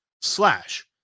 slash